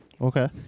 Okay